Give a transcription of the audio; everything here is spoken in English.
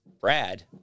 Brad